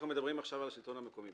אנחנו מדברים עכשיו על השלטון המקומי.